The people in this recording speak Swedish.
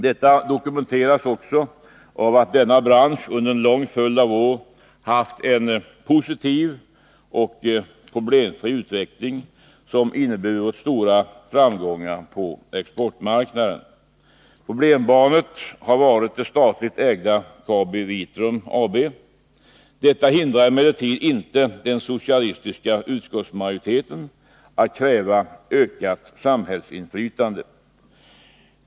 Detta dokumenteras också av att denna bransch under en lång följd av år haft en positiv och problemfri utveckling, som inneburit stora framgångar på exportmarknaden. Problembarnet har varit det statligt ägda KabiVitrum AB. Detta hindrar emellertid inte den socialistiska utskottsmajoriteten att kräva ökat samhällsinflytande.